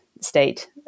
state